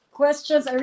questions